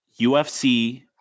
UFC